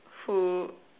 who